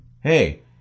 Hey